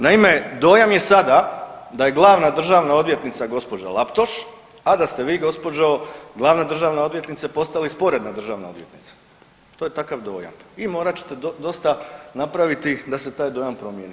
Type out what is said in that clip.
Naime, dojam je sada da je Glavna državna odvjetnica gospođa Laptoš, a da ste vi gospođo Glavna državna odvjetnice postali sporedna Državna odvjetnica, to je takav dojam i morat ćete dosta napraviti da se ta dojam promjeni.